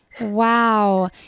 Wow